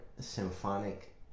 symphonic